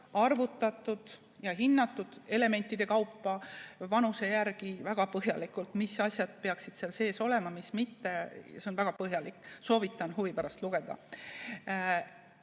arvutatud ja elementide kaupa, vanuse järgi on väga põhjalikult hinnatud, mis asjad peaksid seal sees olema, mis mitte. See on väga põhjalik, soovitan huvi pärast lugeda.